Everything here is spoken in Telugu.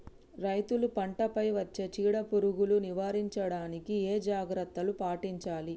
రైతులు పంట పై వచ్చే చీడ పురుగులు నివారించడానికి ఏ జాగ్రత్తలు పాటించాలి?